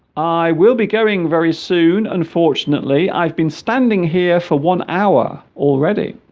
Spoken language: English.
i will be going very soon unfortunately i've been standing here for one hour already